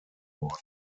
worden